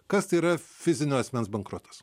kas tai yra fizinio asmens bankrotas